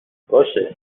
باشه